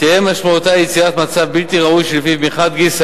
משמעותה תהא יצירת מצב בלתי ראוי שלפיו מחד גיסא